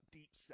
deep